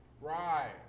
Right